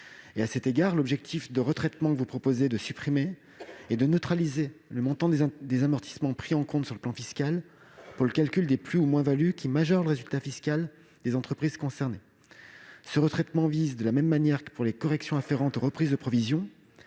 et à l'amortissement. À cet égard, vous proposez de neutraliser le montant des amortissements pris en compte sur le plan fiscal, pour le calcul des plus-values ou moins-values qui majorent le résultat fiscal des entreprises concernées. Ce retraitement vise, de la même manière que pour les corrections afférentes aux reprises de provisions,